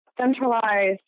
centralized